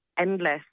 endless